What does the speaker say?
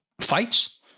fights